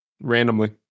randomly